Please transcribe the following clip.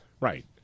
Right